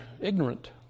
ignorant